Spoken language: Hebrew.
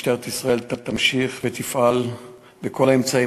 משטרת ישראל תמשיך ותפעל בכל האמצעים